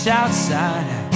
outside